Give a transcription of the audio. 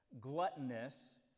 gluttonous